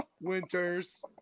Winters